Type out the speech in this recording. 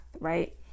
Right